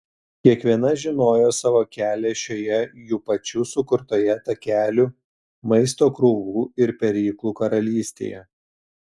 kiekviena žinojo savo kelią šioje jų pačių sukurtoje takelių maisto krūvų ir peryklų karalystėje